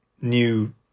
new